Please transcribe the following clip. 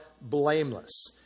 blameless